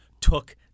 took